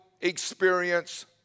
experience